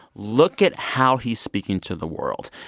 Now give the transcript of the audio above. look at how he's speaking to the world.